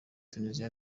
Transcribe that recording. tunisia